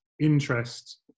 interest